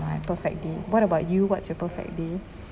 my perfect day what about you what's your perfect day